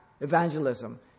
evangelism